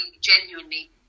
genuinely